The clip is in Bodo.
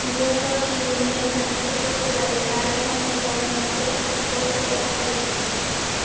बेयो गावसिनि नेमखान्थिफोरखौ सोलाइयो आरो गावनो गाव मोनसे फुटबल कड जायो